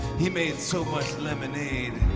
he made so much lemonade,